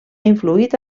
influït